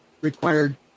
required